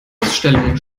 ausstellungen